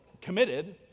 committed